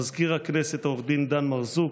מזכיר הכנסת עו"ד דן מרזוק,